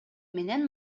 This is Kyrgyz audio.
менен